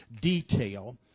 detail